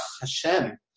Hashem